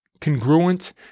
congruent